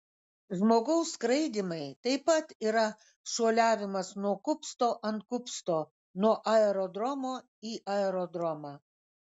žmogaus skraidymai taip pat yra šuoliavimas nuo kupsto ant kupsto nuo aerodromo į aerodromą